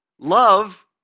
Love